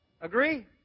Agree